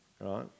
right